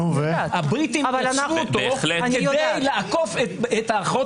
הבריטים ייצרו אותו כדי לעקוף את הערכאות